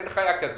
אין חיה כזאת.